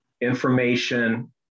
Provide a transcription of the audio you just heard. information